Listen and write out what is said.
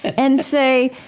and say,